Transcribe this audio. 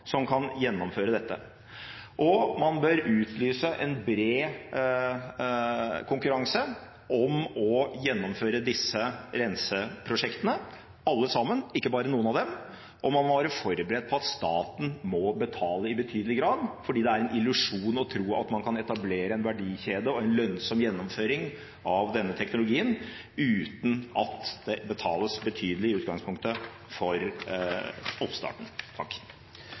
gjennomføre dette. Man bør utlyse en bred konkurranse om å gjennomføre disse renseprosjektene – alle sammen, ikke bare noen av dem – og man må være forberedt på at staten må betale i betydelig grad. Det er en illusjon å tro at man kan etablere en verdikjede og en lønnsom gjennomføring av denne teknologien uten at det betales betydelig i utgangspunktet for oppstarten.